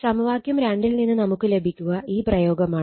സമവാക്യം യിൽ നിന്ന് നമുക്ക് ലഭിക്കുക ഈ പ്രയോഗമാണ്